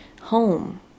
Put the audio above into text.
home